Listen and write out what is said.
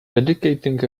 dedicating